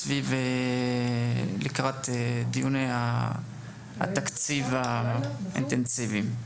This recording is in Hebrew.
לקראת דיוני התקציב האינטנסיביים.